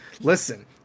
Listen